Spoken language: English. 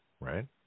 right